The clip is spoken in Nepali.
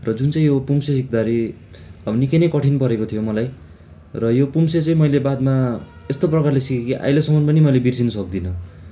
र जुन चाहिँ यो पुङ्से सिक्दाखेरि अब निकै नै कठिन परेको थियो मलाई र यो पुङ्से चाहिँ मैले बादमा यस्तो प्रकारले सिकेँ कि अहिलेसम्म पनि मैले बिर्सिनु सक्दिनँ